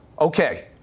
Okay